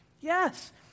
Yes